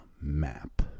map